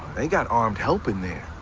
they got armed help in there.